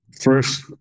first